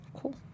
Cool